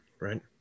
Right